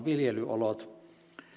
viljelyolot